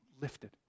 lifted